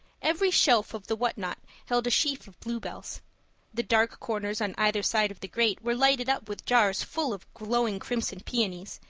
every shelf of the what-not held a sheaf of bluebells the dark corners on either side of the grate were lighted up with jars full of glowing crimson peonies,